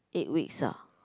eight weeks ah